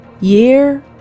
year